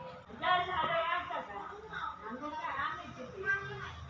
जानेवारीमध्ये माझा बॅलन्स किती होता?